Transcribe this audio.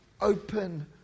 Open